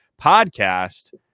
podcast